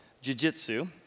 jiu-jitsu